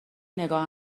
نگاه